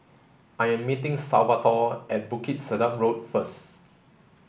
I am meeting Salvatore at Bukit Sedap Road first